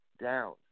down